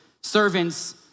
servants